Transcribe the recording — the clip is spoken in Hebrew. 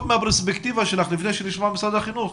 מהפרספקטיבה שלך לפני שנשמע ממשרד החינוך,